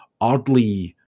oddly